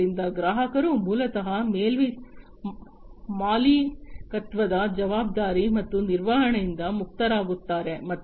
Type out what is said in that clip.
ಆದ್ದರಿಂದ ಗ್ರಾಹಕರು ಮೂಲತಃ ಮಾಲೀಕತ್ವದ ಜವಾಬ್ದಾರಿ ಮತ್ತು ನಿರ್ವಹಣೆಯಿಂದ ಮುಕ್ತರಾಗುತ್ತಾರೆ